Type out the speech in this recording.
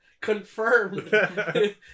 Confirmed